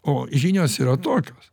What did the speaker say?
o žinios yra tokios